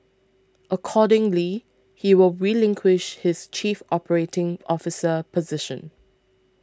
accordingly he will relinquish his chief operating officer position